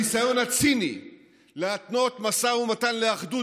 הניסיון הציני להתנות משא ומתן לאחדות